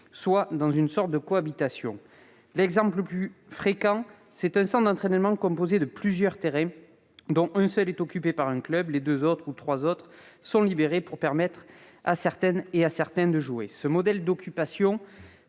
soit dans une sorte de cohabitation. L'exemple le plus fréquent, c'est un centre d'entraînement composé de plusieurs terrains, dont un seul est occupé par un club, les deux ou trois autres étant libérés pour permettre à certains de jouer. Ce modèle d'occupation